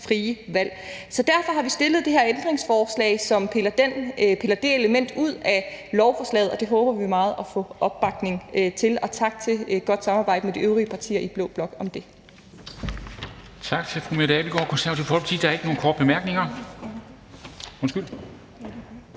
frie valg. Så derfor har vi stillet det her ændringsforslag, som piller det element ud af lovforslaget, og det håber vi meget at få opbakning til. Og tak for et godt samarbejde med de øvrige partier i blå blok om det.